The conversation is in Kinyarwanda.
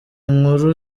inkuru